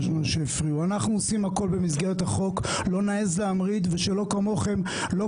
ראשית, אני לא מסכמת כמוך את הדברים,